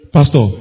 Pastor